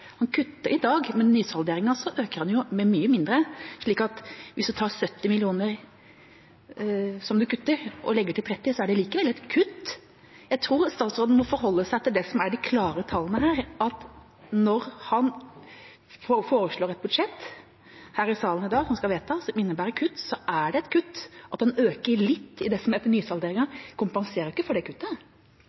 Han kutter i dag, men i nysalderingen øker han jo med mye mindre. Hvis man tar 70 mill. kr, som man kutter, og legger til 30 mill. kr, er det likevel et kutt. Jeg tror statsråden må forholde seg til det som er de klare tallene her, at når han foreslår et budsjett, som skal vedtas her i salen i dag, som innebærer kutt, så er det et kutt. At en øker litt i nysalderingen, kompenserer jo ikke for det kuttet.